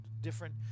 different